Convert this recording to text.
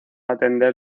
atender